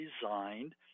designed